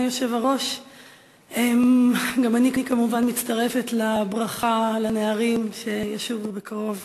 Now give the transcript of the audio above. גם אני כמובן מצטרפת לברכה לנערים שישובו בקרוב